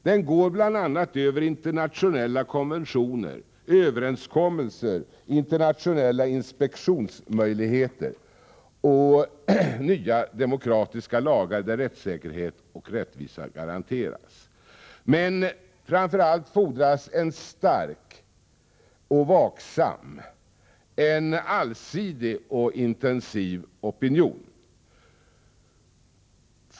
Den går bl.a. över internationella konventioner, överenskommelser, internationella inspektionsmöjligheter och nya demokratiska lagar där rättssäkerhet och rättvisa garanteras. Men framför allt fordras en stark, vaksam, allsidig och intensiv opinion.